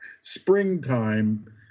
springtime